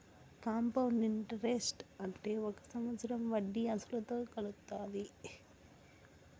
compound interest అంటే ఒక సంవత్సరం వడ్డీ అసలుతో కలుత్తాది